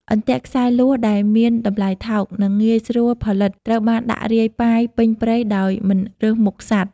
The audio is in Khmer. អន្ទាក់ខ្សែលួសដែលមានតម្លៃថោក និងងាយស្រួលផលិត ត្រូវបានដាក់រាយប៉ាយពេញព្រៃដោយមិនរើសមុខសត្វ។